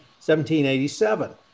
1787